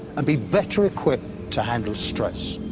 and be better equipt to handle stress.